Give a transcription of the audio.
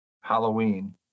Halloween